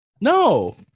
No